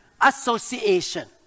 Association